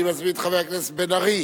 אני מזמין את חבר הכנסת בן-ארי,